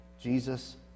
Jesus